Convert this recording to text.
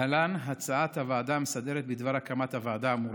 להלן הצעת הוועדה המסדרת בדבר הקמת הוועדה האמורה: